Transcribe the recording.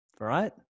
right